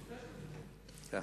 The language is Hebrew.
לדעתי,